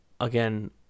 again